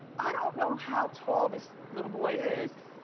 i don't know how tall this little boy is.